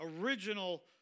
original